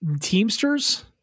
Teamsters